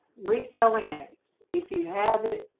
reselling eggs, if you have it,